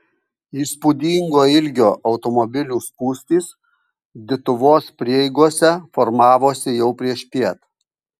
įspūdingo ilgio automobilių spūstys dituvos prieigose formavosi jau priešpiet